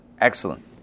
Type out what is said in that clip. Excellent